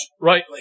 rightly